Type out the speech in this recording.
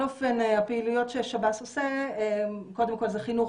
הפעילויות ששב"ס עושה קודם כל זה חינוך